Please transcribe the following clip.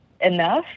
enough